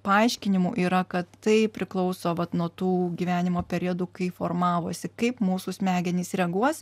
paaiškinimų yra kad tai priklauso nuo tų gyvenimo periodų kai formavosi kaip mūsų smegenys reaguos